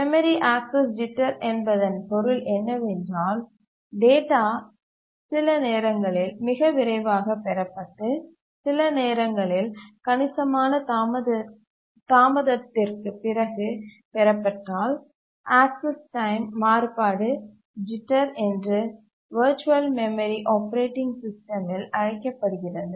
memory access jitter என்பதன் பொருள் என்னவென்றால் டேட்டா சில நேரங்களில் மிக விரைவாகப் பெறப்பட்டு சில நேரங்களில் கணிசமான தாமதத்திற்குப் பிறகு பெறப்பட்டால் ஆக்சஸ் டைம் மாறுபாடு ஜிட்டர் என்று ஒரு வர்ச்சுவல் மெமரி ஆப்பரேட்டிங் சிஸ்டமில் அழைக்கப்படுகிறது